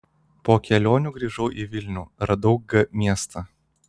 po kelionių grįžau į vilnių radau g miestą